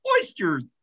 oysters